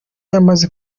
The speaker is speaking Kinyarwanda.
yamaze